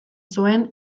zuen